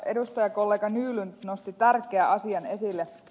edustajakollega nylund nosti tärkeän asian esille